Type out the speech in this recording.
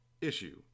Issue